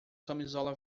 camisola